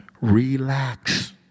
relax